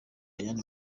ayandi